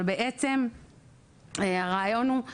אבל בעצם הרעיון הוא,